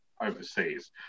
overseas